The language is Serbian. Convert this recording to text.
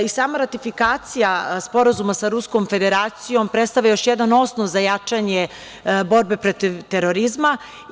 Sama ratifikacija sporazuma sa Ruskom Federacijom predstavlja još jedan osnov za jačanje borbe protiv terorizma.